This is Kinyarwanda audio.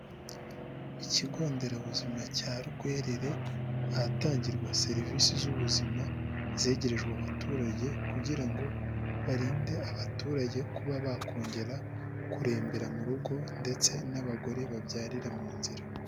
Ikigo nderabuzima cya Rwerere, ahatangirwa serivisi z'ubuzima zegerejwe abaturage kugira ngo barinde abaturage kuba bakongera kurembera mu rugo ndetse n'abagore babyarira mu nzira.